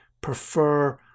prefer